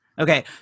Okay